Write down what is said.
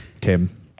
Tim